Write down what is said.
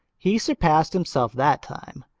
he surpassed himself that time.